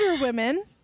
women